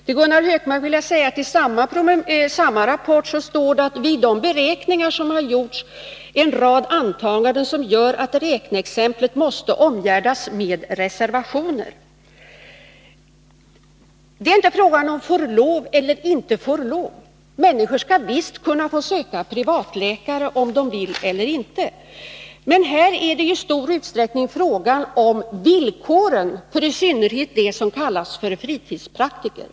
Till Gunnar Hökmark vill jag säga att det i samma rapport står att det i de beräkningar som har gjorts finns en rad antaganden som gör att räkneexemplen måste omgärdas med reservationer. Det är inte fråga om att människor skall få lov eller inte få lov. Människor skall visst få söka privatläkare, om de vill det. Men här är det i stor utsträckning fråga om villkoren för i synnerhet dem som kallas fritidspraktiker.